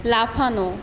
লাফানো